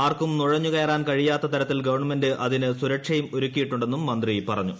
ആർക്കും നുഴഞ്ഞുകയറാൻ കഴിയാത്ത തരത്തിൽ ഗവൺമെന്റ് അതിന് സുരക്ഷയും ഒരുക്കിയിട്ടുണ്ടെന്നും മന്ത്രി പറഞ്ഞു